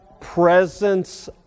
presence